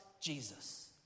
Jesus